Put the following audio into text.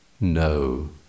No